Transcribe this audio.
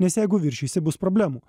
nes jeigu viršysi bus problemų